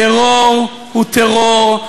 טרור הוא טרור,